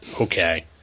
Okay